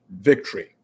victory